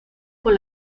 con